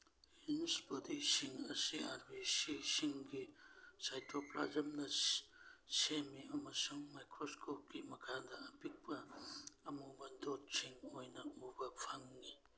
Hans ꯕꯣꯗꯤꯁꯤꯡ ꯑꯁꯤ R B ꯁꯤꯁꯤꯡꯒꯤ ꯁꯥꯏꯇꯣꯄ꯭ꯂꯥꯖꯝꯗ ꯁꯦꯝꯃꯤ ꯑꯃꯁꯨꯡ ꯃꯥꯏꯀ꯭ꯔꯣꯁꯀꯣꯞꯀꯤ ꯃꯈꯥꯗ ꯑꯄꯤꯛꯄ ꯑꯃꯨꯕ ꯗꯣꯠꯁꯤꯡ ꯑꯣꯏꯅ ꯎꯕ ꯐꯪꯏ